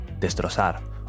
destrozar